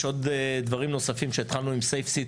יש עוד דברים נוספים שהתחלנו עם safe city